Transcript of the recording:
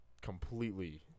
completely